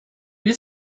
you